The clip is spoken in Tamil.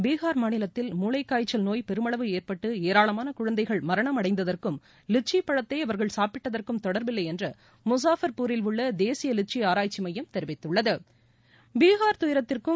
பீகார் மாநிலத்தில் மூளைக்காய்ச்சல் நோய் பெருமளவு ஏற்பட்டு ஏராளமான குழந்தைகள் மரணம் அடைந்ததற்கும் விச்சி பழத்தை அவர்கள் சாப்பிட்டதற்கும் தொடர்பில்லை என்று முசாஃபர்பூரில் உள்ள தேசிய லிச்சி ஆராய்ச்சி பீகார் துயரத்திற்கும்